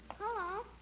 Hello